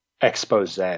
expose